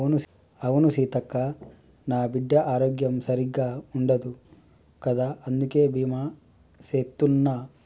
అవును సీతక్క, నా బిడ్డ ఆరోగ్యం సరిగ్గా ఉండదు కదా అందుకే బీమా సేత్తున్న